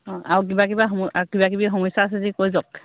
অঁ আৰু কিবা কিবা সম কিবাকিবি সমস্যা আছে যদি কৈ যাওক